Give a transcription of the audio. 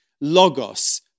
Logos